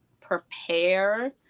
prepare